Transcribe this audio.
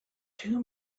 too